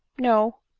no,